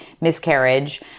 miscarriage